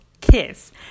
Kiss